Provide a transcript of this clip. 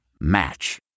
Match